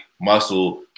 muscle